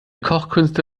kochkünste